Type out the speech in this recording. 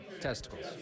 testicles